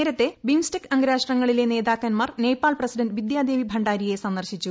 നേരത്തെ ബിംസ്റ്റെക് അംഗരാഷ്ട്രങ്ങളിലെ നേതാക്കൻമാർ നേപ്പാൾ പ്രസിഡന്റ് ബിദ്ദ്യ ദേവി ഭണ്ഡാരിയെ സന്ദർശിച്ചു